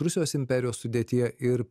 rusijos imperijos sudėtyje ir